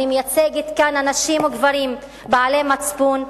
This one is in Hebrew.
אני מייצגת כאן אנשים וגברים בעלי מצפון,